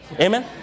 Amen